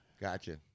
Gotcha